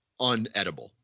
unedible